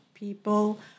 people